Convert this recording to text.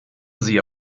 sie